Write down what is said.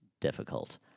difficult